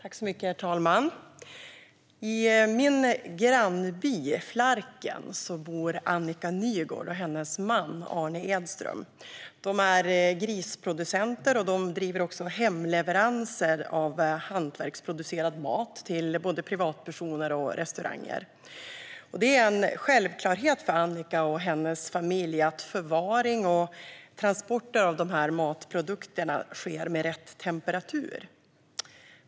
Herr talman! I min grannby Flarken bor Anniqa Nygård och hennes man Arne Edström. De är grisproducenter, och de gör också hemleveranser av hantverksproducerad mat till både privatpersoner och restauranger. Det är en självklarhet för Anniqa och hennes familj att förvaring och transport av matprodukterna sker med rätt temperatur.